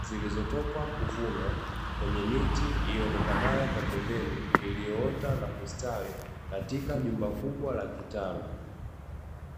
zilizotoka kuvunwa kwenye miti ionekanayo kwa pembeni iliyoota na kustawi katika jumba kubwa la kitalu.